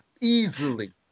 Easily